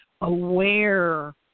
aware